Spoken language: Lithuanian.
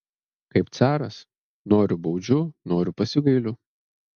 kaip caras noriu baudžiu noriu pasigailiu